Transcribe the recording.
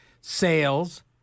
sales